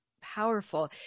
powerful